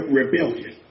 rebellion